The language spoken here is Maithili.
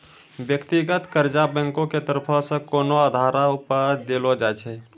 व्यक्तिगत कर्जा बैंको के तरफो से कोनो आधारो पे देलो जाय छै